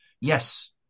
yes